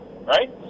right